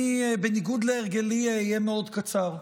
אני, בניגוד להרגלי, אהיה מאוד קצר.